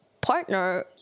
partner